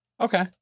Okay